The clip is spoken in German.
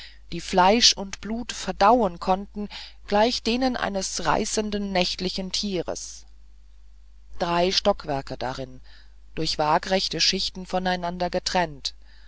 die fleisch und blut verdauen konnten gleich denen eines reißenden nächtlichen tieres drei stockwerke darin durch waagrechte schichten voneinander getrennt